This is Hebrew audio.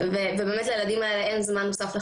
ובאמת לילדים האלה אין זמן נוסף לחכות.